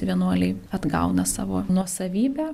vienuoliai atgauna savo nuosavybę